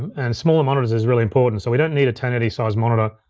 and smaller monitors is really important. so we don't need eternity size monitor.